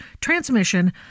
transmission